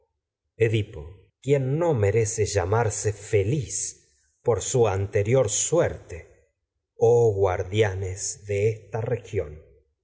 edipo júpiter salvador quien no merece quién es este viejo llamarse feliz por su anteya rior suerte de oh guardianes de esta región